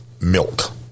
milk